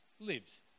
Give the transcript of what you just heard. lives